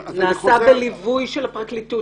נעשה בליווי של הפרקליטות,